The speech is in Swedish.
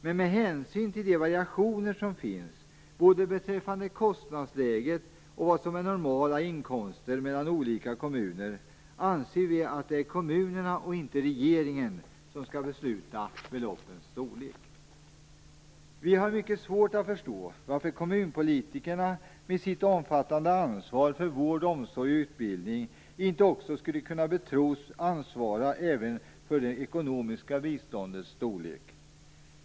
Men med hänsyn till de variationer som finns, både beträffande kostnadsläget och vad som är normala inkomster mellan olika kommuner, anser vi att det är kommunerna och inte regeringen som skall besluta om beloppens storlek. Vi har mycket svårt att förstå varför kommunpolitikerna, med sitt omfattande ansvar för vård, omsorg och utbildning inte också skall kunna betros med ansvar även för det ekonomiska biståndets storlek.